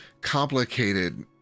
complicated